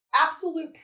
absolute